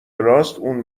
راست، اون